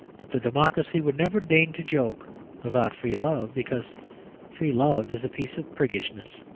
but the democracy would never deign to joke about free love, because free love is a piece of priggishness.